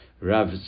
Rav